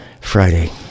Friday